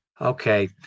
Okay